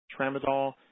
tramadol